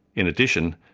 in addition,